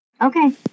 Okay